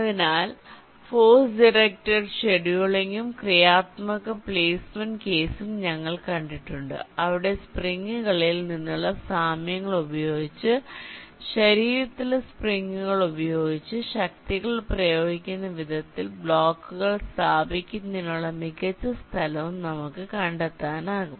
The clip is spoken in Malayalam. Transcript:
അതിനാൽ ഫോഴ്സ് ഡയറക്റ്റഡ് ഷെഡ്യൂളിംഗും ക്രിയാത്മക പ്ലേസ്മെന്റ് കേസും ഞങ്ങൾ കണ്ടിട്ടുണ്ട് അവിടെ സ്പ്രിംഗുകളിൽ നിന്നുള്ള സാമ്യങ്ങൾ ഉപയോഗിച്ച് ശരീരത്തിലെ സ്പ്രിംഗുകൾ ഉപയോഗിച്ച് ശക്തികൾ പ്രയോഗിക്കുന്ന വിധത്തിൽ ബ്ലോക്കുകൾ സ്ഥാപിക്കുന്നതിനുള്ള മികച്ച സ്ഥലവും നമുക്ക് കണ്ടെത്താനാകും